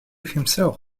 himself